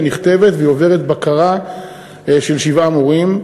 היא נכתבת והיא עוברת בקרה של שבעה מורים,